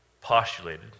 postulated